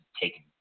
taken